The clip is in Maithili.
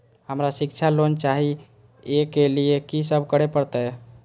हमरा शिक्षा लोन चाही ऐ के लिए की सब करे परतै?